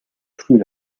plus